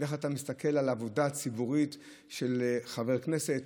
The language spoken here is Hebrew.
איך אתה מסתכל על העבודה הציבורית של חבר הכנסת,